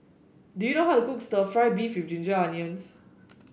do you know how to cook stir fry beef with Ginger Onions